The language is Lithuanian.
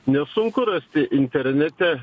nesunku rasti internete